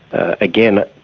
ah again,